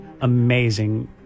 amazing